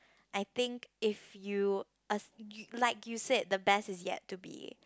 I think if you like you said the best is yet to be